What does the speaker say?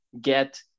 get